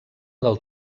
del